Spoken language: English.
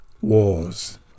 wars